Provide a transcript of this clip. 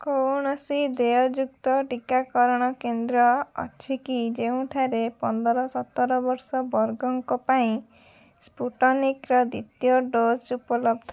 କୌଣସି ଦେୟଯୁକ୍ତ ଟିକାକରଣ କେନ୍ଦ୍ର ଅଛି କି ଯେଉଁଠାରେ ପନ୍ଦର ସତର ବର୍ଷ ବର୍ଗଙ୍କ ପାଇଁ ସ୍ପୁଟନିକ୍ର ଦ୍ୱିତୀୟ ଡୋଜ୍ ଉପଲବ୍ଧ